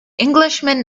englishman